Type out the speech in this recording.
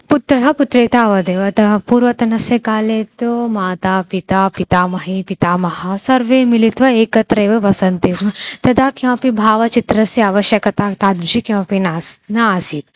पुत्रः पुत्राः तावदेव अतः पूर्वतनस्य काले तु माता पिता पितामही पितामहः सर्वे मिलित्वा एकत्रैव वसन्ति स्म तदा किमपि भावचित्रस्य आवश्यकता तादृशी किमपि नास्ति न आसीत्